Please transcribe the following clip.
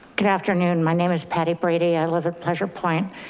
good afternoon. my name is patty brady. i live in pleasure point.